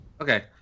Okay